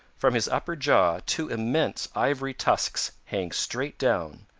from his upper jaw two immense ivory tusks hang straight down,